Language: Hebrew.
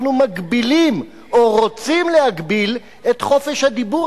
אנחנו מגבילים או רוצים להגביל את חופש הדיבור